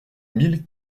mille